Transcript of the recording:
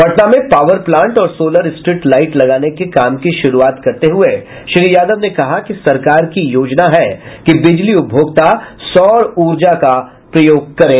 पटना में power plant और solar street light लगाने के काम की शुरूआत करते हुए श्री यादव ने कहा कि सरकार की योजना है कि बिजली उपभोक्ता सौर ऊर्जा का प्रयोग करें